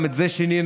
וגם את זה שינינו,